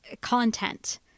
content